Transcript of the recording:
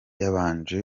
yabanje